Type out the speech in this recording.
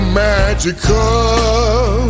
magical